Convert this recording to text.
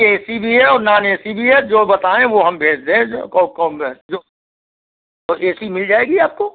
ए C भी है और नान ए सी भी है जो बताएँ वह हम भेज दें जो कौन जो तो ए सी मिल जाएगी आपको